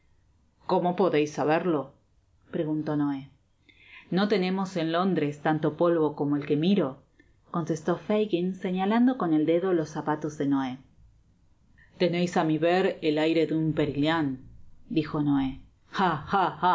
cómo podeis saberlo preguntó noé no tenemos en londres tanto polvo como el que miro contestó fagin señalando con el dedo los zapatos de noé teneis á mi ver el aire de un perillan dijo noé ha